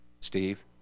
Steve